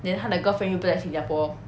then 他的 girlfriend 又不在新加坡